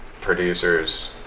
producers